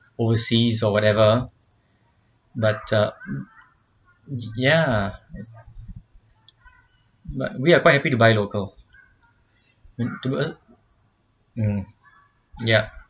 overseas or whatever but uh ya but we are quite happy to buy local to us mm ya